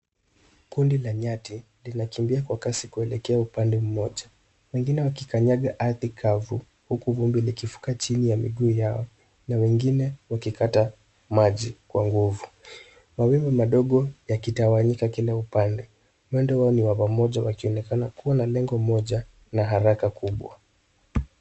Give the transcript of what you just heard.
Kundi ka nyati, linakimbia kwa kasi kuelekea upande mmoja. Wengine wakikanyaga ardhi kavu huku vumbi likivuka chini ya miguu yao na wengine wakikata maji kwa nguvu mawimbi madogo yakitawanyika kila upande. Mwendo wao ni wa pamoja wakionekana kuwa na lengo moja na haraka kubwa.